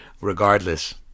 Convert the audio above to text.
Regardless